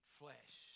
flesh